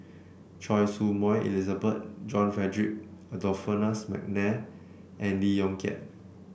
Choy Su Moi Elizabeth John Frederick Adolphus McNair and Lee Yong Kiat